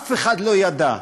אף אחד לא ידע,